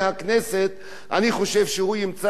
אני חושב שהוא ימצא הבדלים עצומים.